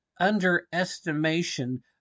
underestimation